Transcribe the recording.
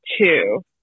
two